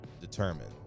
determined